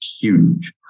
huge